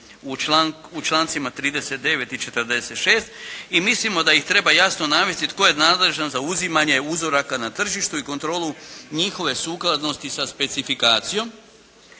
u člancima 39. i 46. i mislimo da ih treba jasno navesti tko je nadležan za uzimanje uzoraka na tržištu i kontrolu njihove sukladnosti sa specifikacijom.